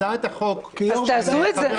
הצעת החוק שחבר הכנסת האוזר --- שיעשו את זה.